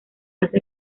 hace